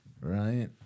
Right